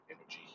energy